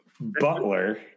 Butler